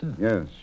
Yes